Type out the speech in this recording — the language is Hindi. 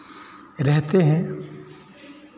रहते हैं